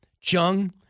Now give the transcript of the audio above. Chung